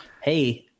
Hey